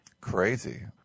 Crazy